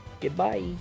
goodbye